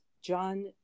John